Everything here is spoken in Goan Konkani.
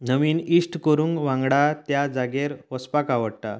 नवीन इश्ट करूंक वांगडा त्या जागेर वचपाक आवडटा